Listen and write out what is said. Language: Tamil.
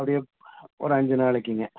அப்படியே ஒரு அஞ்சு நாளைக்கிங்க